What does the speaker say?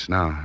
Now